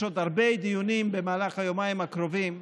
יש עוד הרבה דיונים במהלך היומיים הקרובים,